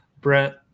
Brent